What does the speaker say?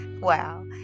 wow